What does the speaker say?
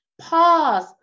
Pause